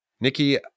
Nikki